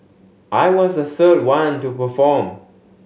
I was the third one to perform